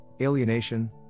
alienation